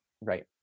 Right